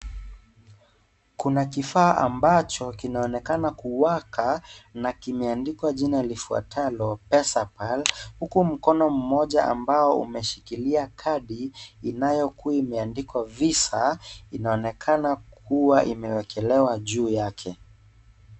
Kuna kifaa ambacho kinaonekana kuwaka na kimeandikwa jina lifuatalo'Pesapal' huku mkono mmoja ambao umeshikilia kadi inayokuwa imeandikwa visa inaonekana kuwa imewekelewa juu yake.